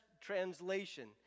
translation